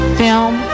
film